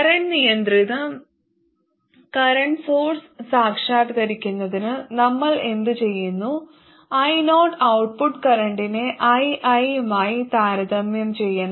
current നിയന്ത്രിത current source സാക്ഷാത്കരിക്കുന്നതിന് നമ്മൾ എന്തുചെയ്യുന്നു io ഔട്ട്പുട്ട് കറന്റിനെ ii മായി താരതമ്യം ചെയ്യണം